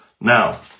Now